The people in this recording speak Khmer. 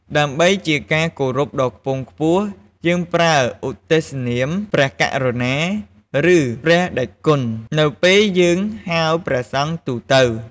ដើម្បីជាការគោរពដ៏ខ្ពង់ខ្ពស់ យើងប្រើឧទ្ទិសនាម "ព្រះករុណា" ឬ "ព្រះតេជគុណ" នៅពេលយើងហៅព្រះសង្ឃទូទៅ។